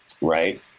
right